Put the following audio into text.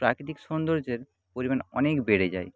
প্রাকৃতিক সৌন্দর্যের পরিমাণ অনেক বেড়ে যায়